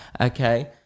okay